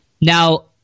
Now